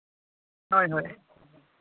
ᱦᱳᱭ ᱦᱳᱭ